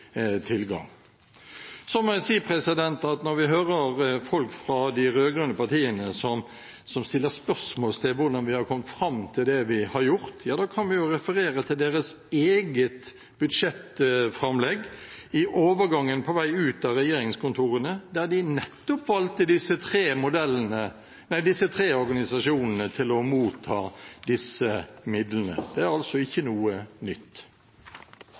tilgang. Så må jeg si at når vi hører folk fra de rød-grønne partiene som stiller spørsmål ved hvordan vi har kommet fram til det vi har gjort, ja, da kan vi jo referere til deres eget budsjettframlegg i overgangen på vei ut av regjeringskontorene, der de nettopp valgte disse tre organisasjonene til å motta disse midlene. Det er altså ikke noe nytt.